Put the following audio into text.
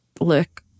look